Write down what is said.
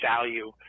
value